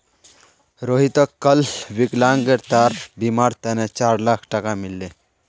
रोहितक कल विकलांगतार बीमार तने चार लाख टका मिल ले